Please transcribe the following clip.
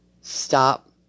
Stop